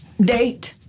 date